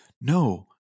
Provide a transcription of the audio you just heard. no